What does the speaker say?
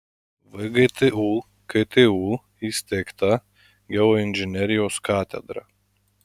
vgtu ktu įsteigta geoinžinerijos katedra